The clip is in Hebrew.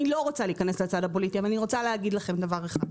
אני לא רוצה להיכנס לצד הפוליטי אבל אני רוצה להגיד לכם דבר אחד: